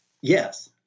Yes